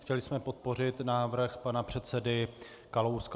Chtěli jsme podpořit návrh pana předsedy Kalouska.